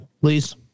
please